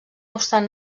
obstant